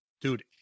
Dude